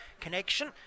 connection